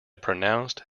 pronounced